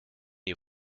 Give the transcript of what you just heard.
ihr